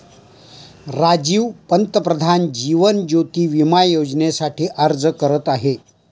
राजीव पंतप्रधान जीवन ज्योती विमा योजनेसाठी अर्ज करत आहे